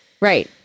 Right